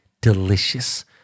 delicious